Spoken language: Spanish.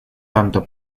tanto